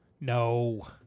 No